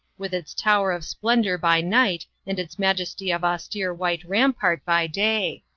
with its tower of splendour by night, and its majesty of austere white rampart by day.